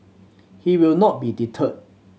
he will not be deterred